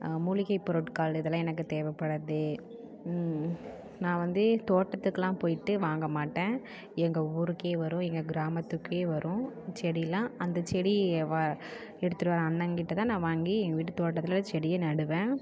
மூலிகை பொருட்கள் இதெல்லாம் எனக்கு தேவைப்படுறது நான் வந்து தோட்டத்துக்குலாம் போயிட்டு வாங்க மாட்டேன் எங்கள் ஊருக்கே வரும் எங்கள் கிராமத்துக்கே வரும் செடிலாம் அந்த செடி வா எடுத்துகிட்டு வர அண்ணங்கிட்ட தான் நான் வாங்கி எங்கள் வீட்டுத் தோட்டத்தில் செடியை நடுவேன்